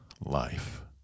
life